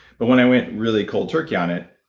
but when i went really cold turkey on it,